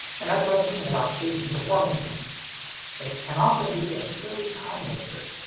and that's what i mean about chasing performance gains it can often be a silly time waster.